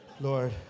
Lord